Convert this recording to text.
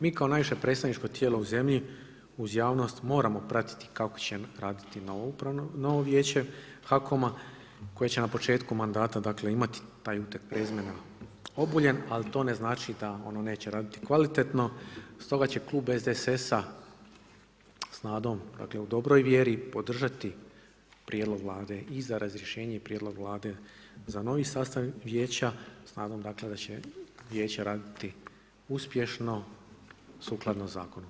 Mi kao najviše predstavničko tijelo u zemlji uz javnost moramo pratiti kako će raditi novo Vijeće HAKOM-a koje će na početku mandata imati ... prezimena Obuljen, ali to ne znači da ono neće raditi kvalitetno, stoga će klub SDSS-a, s nadom, dakle, u dobroj vjeri podržati prijedlog Vlade i za razrješenje i prijedlog Vlade za novi sastav Vijeća s nadom da će Vijeće raditi uspješno sukladno zakonu.